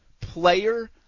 player